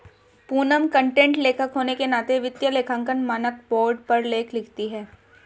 Poonam content लेखक होने के नाते वित्तीय लेखांकन मानक बोर्ड पर लेख लिखती है